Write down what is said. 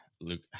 Luke